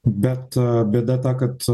bet bėda ta kad